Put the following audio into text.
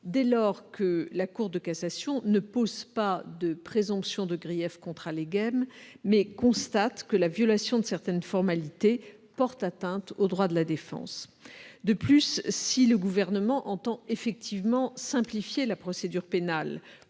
dès lors que la Cour de cassation ne pose pas de présomption de grief, mais constate que la violation de certaines formalités porte atteinte aux droits de la défense. De plus, si le Gouvernement entend effectivement simplifier la procédure pénale